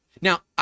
Now